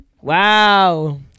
Wow